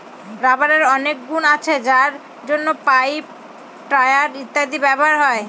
রাবারের অনেক গুন আছে যার জন্য পাইপ, টায়ার ইত্যাদিতে ব্যবহার হয়